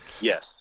Yes